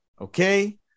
Okay